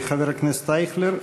חבר הכנסת אייכלר,